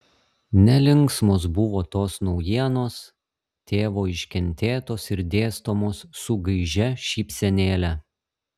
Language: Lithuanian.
nelinksmos buvo tos naujienos tėvo iškentėtos ir dėstomos su gaižia šypsenėle